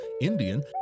Indian